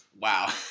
wow